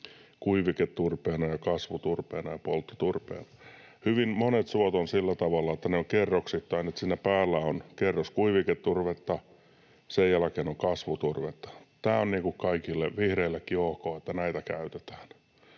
kuiviketurpeena ja kasvuturpeena ja polttoturpeena. Hyvin monet suot ovat sillä tavalla, että ne ovat kerroksittain, että siinä päällä on kerros kuiviketurvetta, sen jälkeen on kasvuturvetta — tämä on kaikille, vihreillekin, ok, että näitä käytetään